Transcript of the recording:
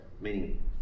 meaning